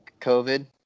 COVID